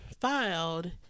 filed